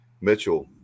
Mitchell